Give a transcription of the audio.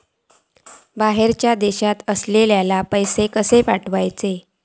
बाहेरच्या देशात असलेल्याक पैसे कसे पाठवचे?